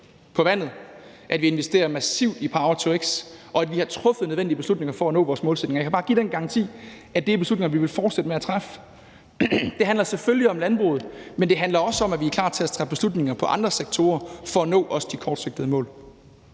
på vand, at vi investerer massivt i power-to-x, og at vi har truffet nødvendige beslutninger for at nå vores målsætning. Og jeg kan bare give den garanti, at det er beslutninger, vi vil fortsætte med at træffe. Det handler selvfølgelig om landbruget, men det handler også om, at vi er klar til at træffe beslutninger om andre sektorer for også at nå de kortsigtede mål.